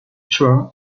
term